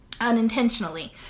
unintentionally